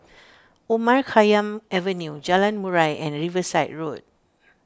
Omar Khayyam Avenue Jalan Murai and Riverside Road